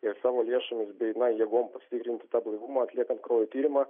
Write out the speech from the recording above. ir savo lėšomis bei na jėgom pasitikrinti tą blaivumą atliekant kraujo tyrimą